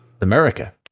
America